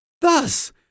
Thus